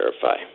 verify